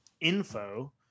info